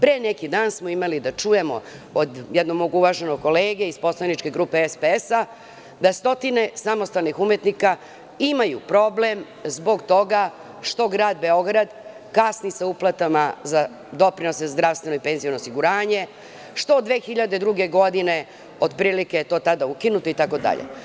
Pre neki dan smo imali da čujemo od jednog mog uvaženog kolege iz poslaničke grupe SPS da stotine samostalnih umetnika imaju problem zbog toga što Grad Beograd kasni sa uplatama za doprinose za zdravstveno i penziono osiguranje, što 2002. godine otprilike je to tada ukinuto itd.